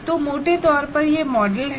तो मोटे तौर पर यह मॉडल है